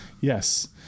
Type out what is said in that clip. yes